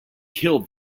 killed